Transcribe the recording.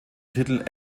titel